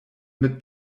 mit